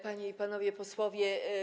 Panie i Panowie Posłowie!